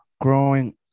growing